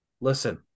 Listen